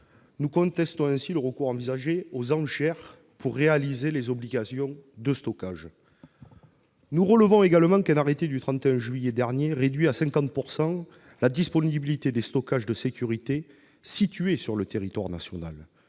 Nous contestons ainsi que l'on puisse envisager de recourir aux enchères pour satisfaire aux obligations de stockage. Nous relevons également qu'un arrêté du 31 juillet dernier réduit à 50 % la disponibilité des stockages de sécurité situés sur le territoire national.